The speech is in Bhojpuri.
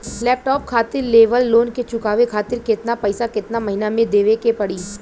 लैपटाप खातिर लेवल लोन के चुकावे खातिर केतना पैसा केतना महिना मे देवे के पड़ी?